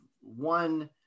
one